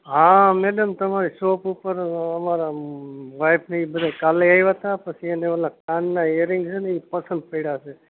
હા મેડમ તમારી શોપ ઉપર અમારા વાઇફ ને એ બધા કાલે આવ્યા હતાં પછી એને ઓલા કાનનાં ઇયેરિંગ છે ને ઈ પસંદ પડ્યાં છે